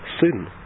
sin